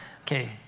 Okay